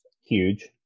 huge